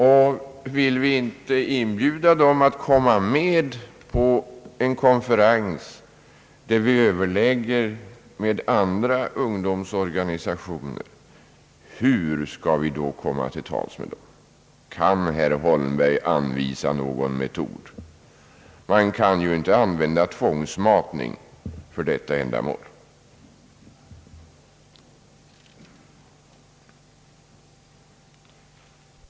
Och vill vi inte inbjuda dem att komma med på en konferens där vi överlägger med andra ungdomsorganisationer, hur skall vi då komma till tals med dem? Kan herr Holmberg anvisa någon metod? Man kan ju inte använda tvångsmatning för detta ändamål.